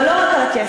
אבל לא רק על הכסף,